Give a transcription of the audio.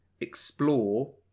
explore